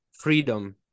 Freedom